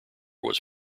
was